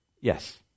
Yes